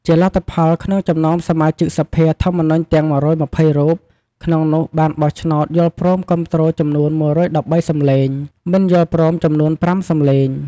ជាលទ្ធផល ក្នុងចំណោមសមាជិកសភាធម្មនុញ្ញទាំង ១២០រូប ក្នុងនោះបានបោះឆ្នោតយល់ព្រមគាំទ្រចំនួន ១១៣ សំឡេង មិនយល់ព្រមចំនួន ៥ សំឡេង។